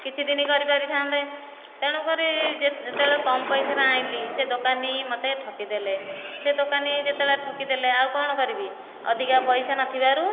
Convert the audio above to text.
କିଛି ଦିନ କରିପାରିଥାନ୍ତେ ତେଣୁକରି ଯେତେବେଳେ କମ୍ ପଇସା ରେ ଆଣିଲି ସେ ଦୋକାନୀ ମୋତେ ଠକିଦେଲେ ସେ ଦୋକାନୀ ଯେତେବେଳେ ଠକିଦେଲେ ଆଉ କ'ଣ କରିବି ଅଧିକା ପଇସା ନଥିବାରୁ